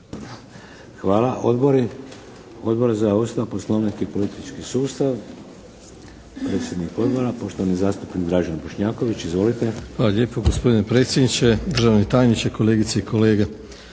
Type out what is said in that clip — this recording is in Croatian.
Odbori? Odbor za Ustav, poslovnik i politički sustav, predsjednik Odbora, poštovani zastupnik Dražen Bošnjaković. **Bošnjaković, Dražen (HDZ)** Hvala lijepa gospodine predsjedniče. Državni tajniče, kolegice i kolege.